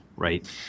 Right